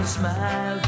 smile